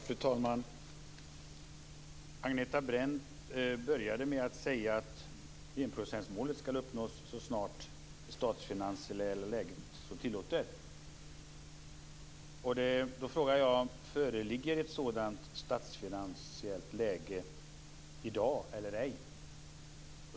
Fru talman! Angeta Brendt började med att säga att enprocentsmålet skall uppnås så snart det statsfinansiella läget så tillåter. Föreligger ett sådant statsfinansiellt läge i dag eller ej?